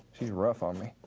she's rough on me.